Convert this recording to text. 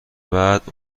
بعد